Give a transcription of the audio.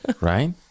right